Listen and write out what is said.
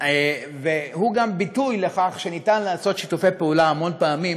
והוא גם ביטוי לכך שניתן לעשות המון פעמים